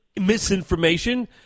misinformation